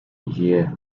yeah